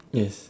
yes